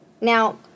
Now